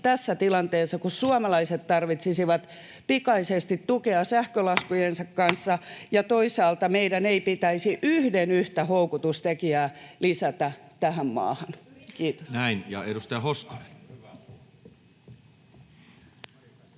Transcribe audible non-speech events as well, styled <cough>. tässä tilanteessa, kun suomalaiset tarvitsisivat pikaisesti tukea sähkölaskujensa kanssa <noise> ja toisaalta meidän ei pitäisi yhden yhtä houkutustekijää lisätä tähän maahan? — Kiitos.